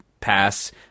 Pass